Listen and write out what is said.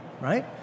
Right